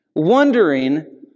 wondering